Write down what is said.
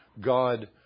God